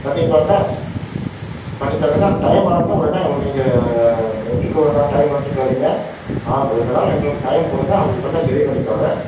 கண்டிப்பாகங்க பண்ணி தரோங்க அந்த டைம் ஆகுங்க உடனே நீங்கள் எடுத்துக்க வேண்டாம் டைம் எடுத்துக்காதீங்க நாங்கள் ரெண்டு நாள் எங்களுக்கு டைம் கொடுங்க நாங்கள் உடனே சரி பண்ணி தர்றேன்